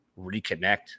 reconnect